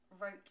wrote